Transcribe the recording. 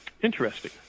interesting